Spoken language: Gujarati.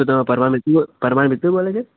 તો તમે પરમાર મિતુ પરમાર મિતુલ બોલે છે